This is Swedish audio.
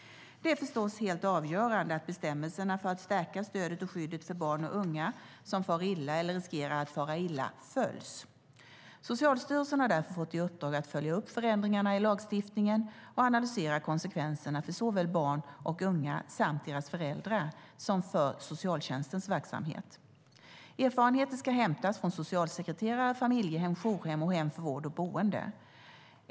Det är förstås helt avgörande att bestämmelserna för att stärka stödet och skyddet för barn och unga som far illa eller riskerar att fara illa följs. Socialstyrelsen har därför fått i uppdrag att följa upp förändringarna i lagstiftningen och analysera konsekvenserna såväl för barn och unga samt deras föräldrar som för socialtjänstens verksamhet. Erfarenheter ska hämtas från socialsekreterare, familjehem, jourhem och hem för vård eller boende.